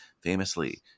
famously